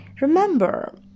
remember